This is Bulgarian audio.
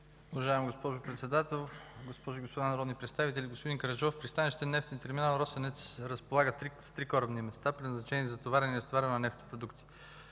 Уважаема госпожо Председател, госпожи и господа народни представители! Господин Караджов, пристанище „Нефтен терминал – Росенец” разполага с три корабни места, предназначени за товарене и разтоварване на нефтопродукти.